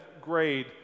grade